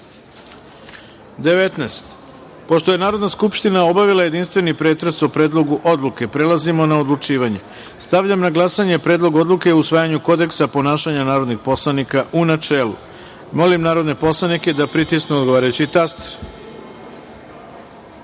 reda. Pošto je Narodna skupština obavila jedinstveni pretres o Predlogu odluke, prelazimo na odlučivanje. Stavljam na glasanje Predlog odluke o usvajanju Kodeksa ponašanja narodnih poslanika, u načelu. Molim narodne poslanike da pritisnu odgovarajući